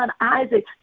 Isaac